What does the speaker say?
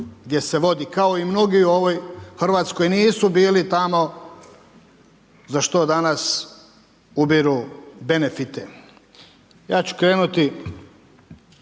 gdje se vodi, kao i mnogi u ovoj Hrvatskoj nisu bili tamo za što danas ubiru benefite. Ja ću krenuti